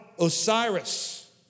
Osiris